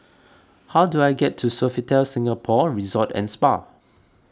how do I get to Sofitel Singapore Resort and Spa